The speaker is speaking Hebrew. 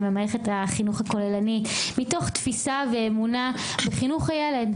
במערכת החינוך הכוללני מתוך תפיסה ואמונה בחינוך הילד,